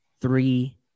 three